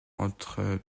entre